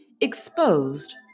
exposed